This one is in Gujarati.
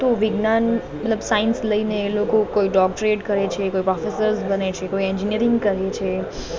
તો વિજ્ઞાન મતલબ સાયન્સ લઇને એ લોકો કોઈ ડોક્ટરેટ કરે છે કે કોઈ પ્રોફેસર્સ બને છે કોઈ એન્જિનીયરિંગ કરે છે